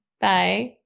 Bye